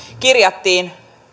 kirjattiin